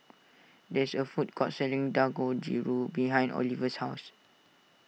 there is a food court selling Dangojiru behind Oliver's house